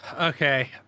Okay